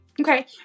Okay